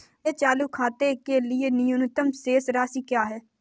मेरे चालू खाते के लिए न्यूनतम शेष राशि क्या है?